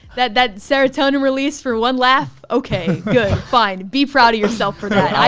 that that serotonin release for one laugh. okay, good, fine. be proud of yourself for that.